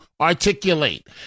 articulate